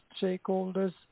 stakeholders